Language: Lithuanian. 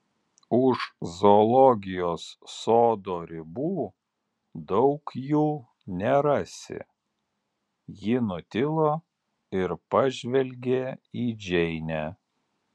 už zoologijos sodo ribų daug jų nerasi ji nutilo ir pažvelgė į džeinę